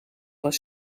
was